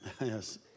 Yes